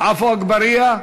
עפו אגבאריה?